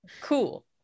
cool